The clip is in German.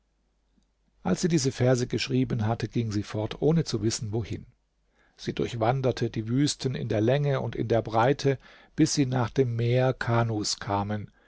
als sie diese verse geschrieben hatte ging sie fort ohne zu wissen wohin sie durchwanderte die wüsten in der länge und in der breite bis sie nach dem meer kanus kamen